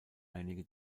einige